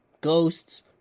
ghosts